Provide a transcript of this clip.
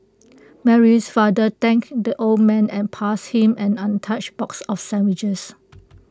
Mary's father thank the old man and passed him an untouched box of sandwiches